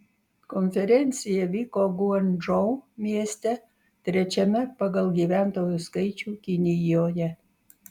konferencija vyko guangdžou mieste trečiame pagal gyventojų skaičių kinijoje